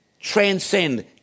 transcend